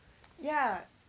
ya